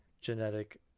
genetic